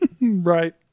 Right